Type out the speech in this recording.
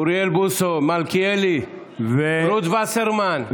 אוריאל בוסו, מלכיאלי, רות וסרמן.